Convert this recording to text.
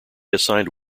assigned